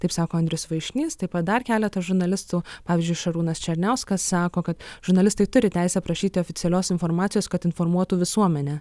taip sako andrius vaišnys taip pat dar keletas žurnalistų pavyzdžiui šarūnas černiauskas sako kad žurnalistai turi teisę prašyti oficialios informacijos kad informuotų visuomenę